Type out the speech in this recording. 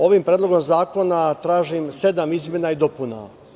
Ovim predlogom zakona tražim sedam izmena i dopuna.